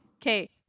Okay